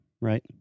right